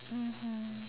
mmhmm